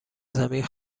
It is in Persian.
زمین